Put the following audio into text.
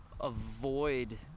avoid